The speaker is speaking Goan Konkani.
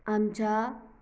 आमच्या